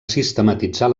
sistematitzar